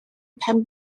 pen